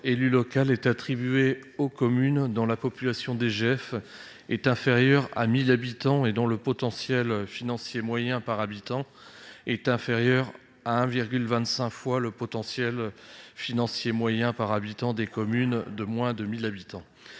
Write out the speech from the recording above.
élu local » (DPEL) est attribuée aux communes dont la population prise en compte pour la DGF est inférieure à 1 000 habitants et dont le potentiel financier moyen par habitant est inférieur à 1,25 fois le potentiel financier moyen par habitant des communes de moins de 1 000 habitants.